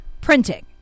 printing